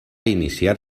iniciar